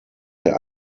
der